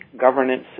governance